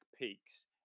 peaks